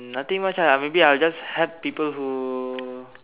nothing much ah maybe I'll just help people who